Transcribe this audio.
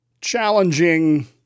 challenging